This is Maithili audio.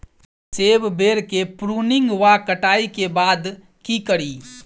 सेब बेर केँ प्रूनिंग वा कटाई केँ बाद की करि?